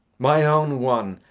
my own one,